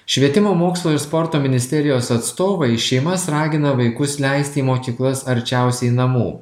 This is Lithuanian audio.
švietimo mokslo ir sporto ministerijos atstovai šeimas ragina vaikus leisti į mokyklas arčiausiai namų